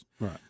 Right